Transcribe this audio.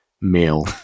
male